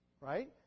Right